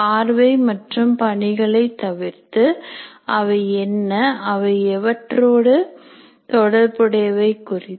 பார்வை மற்றும் பணிகளை தவிர்த்து அவை என்ன அவை எவற்றோடு தொடர்புடைய குறித்து